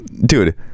Dude